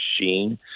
machine